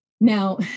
now